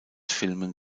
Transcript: filmen